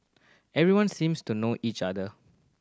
everyone seems to know each other